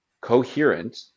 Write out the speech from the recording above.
coherent